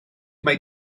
mae